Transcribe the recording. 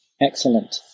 excellent